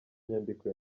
nyandiko